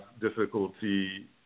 difficulty